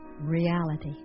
Reality